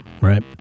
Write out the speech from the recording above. right